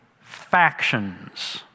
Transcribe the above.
factions